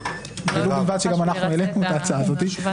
ולו בלבד שגם אנחנו העלינו את ההצעה הזאת,